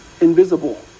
invisible